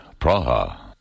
Praha